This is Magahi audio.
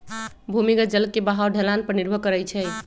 भूमिगत जल के बहाव ढलान पर निर्भर करई छई